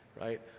right